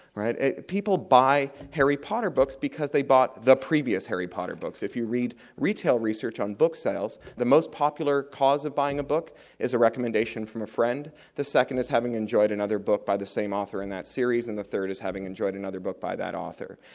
people buy harry potter books because they bought the previous harry potter books. if you read retail research on book sales, the most popular cause of buying a book is a recommendation from a friend the second is having enjoyed another book by the same author in that series, and the third is having enjoyed another book by that author.